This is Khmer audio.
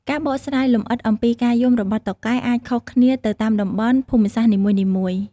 ការបកស្រាយលម្អិតអំពីការយំរបស់តុកែអាច ខុសគ្នាទៅតាមតំបន់ ភូមិសាស្ត្រនីមួយៗ។